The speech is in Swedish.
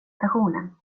stationen